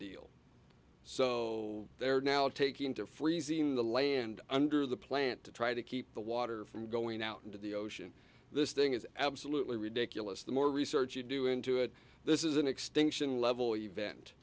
deal so there are now taking to freezing the land under the plant to try to keep the water from going out into the ocean this thing is absolutely ridiculous the more research you do into it this is an extinction level event